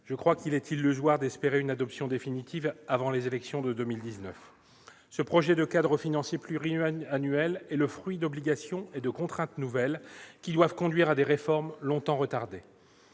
sens, il est illusoire d'espérer une adoption définitive avant les élections européennes de 2019. Ce projet de cadre financier pluriannuel est le fruit d'obligations et de contraintes nouvelles, qui doivent conduire à des réformes longtemps retardées.